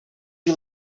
you